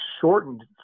shortened